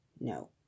No